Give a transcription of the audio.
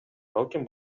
балким